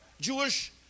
Jewish